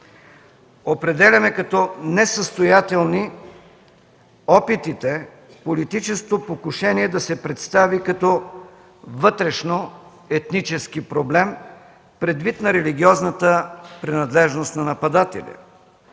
Определяме като несъстоятелни опитите политическото покушение да се представи като вътрешноетнически проблем предвид на религиозната принадлежност на нападателя.